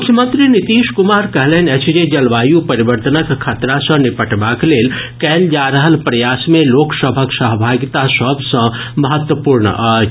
मुख्यमंत्री नीतीश कुमार कहलनि अछि जे जलवायु परिवर्तनक खतरा सॅ निपटबाक लेल कयल जा रहल प्रयास मे लोक सभक सहभागिता सभ सॅ महत्वपूर्ण अछि